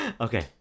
okay